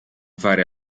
fare